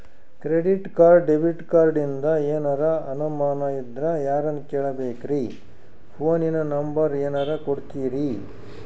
Credit card, debit ಕಾರ್ಡಿಂದ ಏನರ ಅನಮಾನ ಇದ್ರ ಯಾರನ್ ಕೇಳಬೇಕ್ರೀ, ಫೋನಿನ ನಂಬರ ಏನರ ಕೊಡ್ತೀರಿ?